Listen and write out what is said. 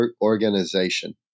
organization